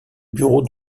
bureau